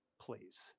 Please